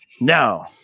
No